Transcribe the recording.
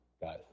guys